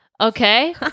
Okay